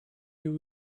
you